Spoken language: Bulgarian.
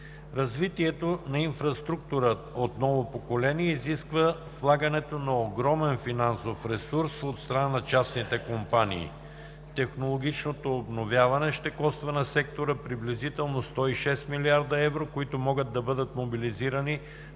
Развитието на инфраструктура от ново поколение изисква влагането на огромен финансов ресурс от страна на частните компании. Технологичното обновяване ще коства на сектора приблизително 106 милиарда евро, които могат да бъдат мобилизирани